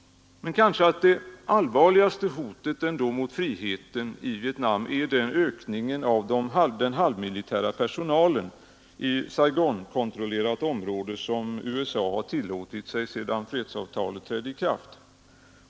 Men det kanske allvarligaste hotet mot friheten i Vietnam är ändå den ökning av den halvmilitära personalen i Saigonkontrollerat område som USA har tillåtit sig sedan fredsavtalet trädde i kraft.